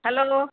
hello